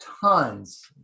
tons